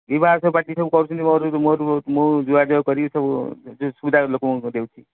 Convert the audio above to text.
ବିବାହ ସବୁ ପାର୍ଟି ସବୁ କରୁଛନ୍ତି ମୋର ବହୁତ ମୁଁ ଯୋଗାଯୋଗ କରିକି ସବୁ ଯେ ସୁବିଧା ଲୋକମାନଙ୍କୁ କରିଦେଉଛି